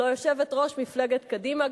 לא יושבת-ראש מפלגת קדימה,